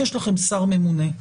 יש לכם שר ממונה,